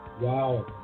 Wow